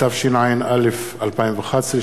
התשע"א 2011,